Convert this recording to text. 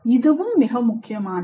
இதுவும் மிக முக்கியமானது